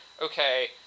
okay